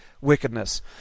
wickedness